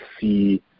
see